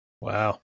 Wow